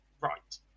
Right